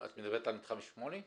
את מדברת על מתחם 8?